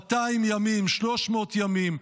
200 ימים, 300 ימים.